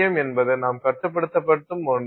M என்பது நாம் கட்டுப்படுத்தும் ஒன்று